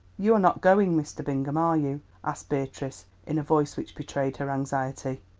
you are not going, mr. bingham, are you? asked beatrice in a voice which betrayed her anxiety.